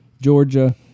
Georgia